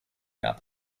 gab